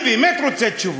אני באמת רוצה תשובות.